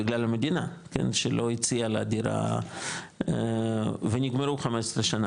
בגלל המדינה שלא הציעה לה דירה ונגמרו 15 שנה,